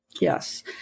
Yes